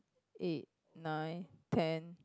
eight nine ten